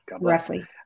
Roughly